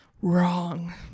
Wrong